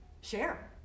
share